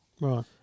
Right